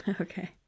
Okay